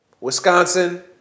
Wisconsin